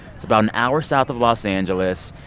it's about an hour south of los angeles.